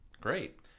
Great